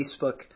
Facebook